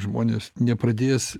žmonės nepradės